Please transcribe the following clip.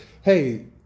Hey